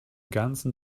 ganzen